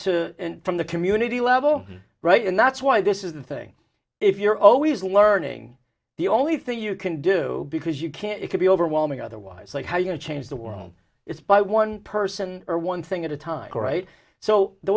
from the community level right and that's why this is the thing if you're always learning the only thing you can do because you can it can be overwhelming otherwise like how you can change the world it's by one person or one thing at a time all right so the